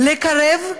לקרב,